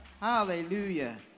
Hallelujah